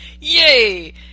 Yay